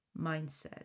mindset